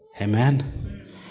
Amen